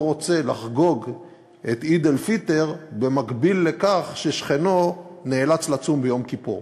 לא רוצה לחגוג את עיד אל-פיטר במקביל לכך ששכנו נאלץ לצום ביום כיפור,